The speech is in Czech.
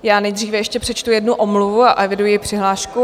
Já nejdříve ještě přečtu jednu omluvu a eviduji přihlášku.